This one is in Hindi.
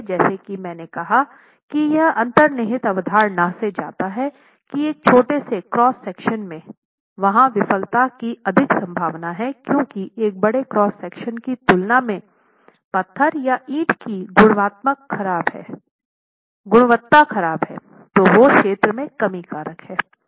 इसलिए जैसा कि मैंने कहा कि यह अंतर्निहित अवधारणा से जाता है कि एक छोटे से क्रॉस सेक्शन में वहां विफलता की अधिक संभावना है क्योकि एक बड़े क्रॉस सेक्शन की तुलना में पत्थर या ईंट की गुणवत्ता ख़राब हैं तो वो क्षेत्र में कमी कारक हैं